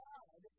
God